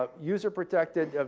um user protected,